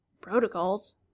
Protocols